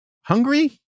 Hungry